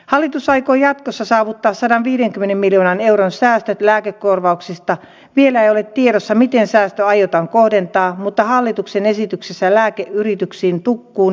hallitus aikoo jatkossa saavuttaa sadanviidenkymmenen miljoonan euron säästöt lääkekorvauksista vielä ei ole tiedossa miten säästö aiotaan kohdentaa mutta hallituksen esityksessä lääkeyrityksiin tukkuun